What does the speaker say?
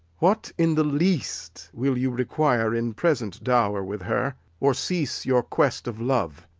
what in the least will you require in present dower with her, or cease your quest of love?